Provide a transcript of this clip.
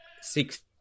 six